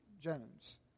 Jones